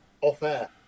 off-air